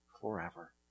forever